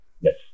Yes